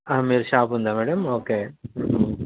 మీరు షాపుందా madam okay